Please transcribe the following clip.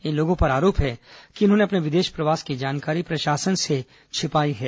इन लोगों पर आरोप है कि इन्होंने अपने विदेश प्रवास की जानकारी प्रशासन से छिपाई है